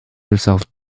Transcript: herself